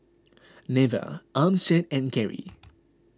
Neva Armstead and Keri